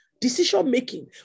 decision-making